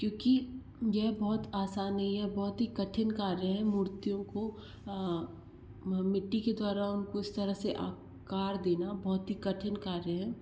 क्योंकि यह बहुत आसान नहीं है बहुत ही कठिन कार्य है मूर्तियों को मिट्टी के द्वारा उनको इस तरह से आकार देना बहुत ही कठिन कार्य है